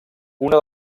una